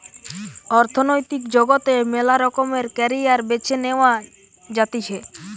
অর্থনৈতিক জগতে মেলা রকমের ক্যারিয়ার বেছে নেওয়া যাতিছে